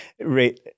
right